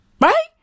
Right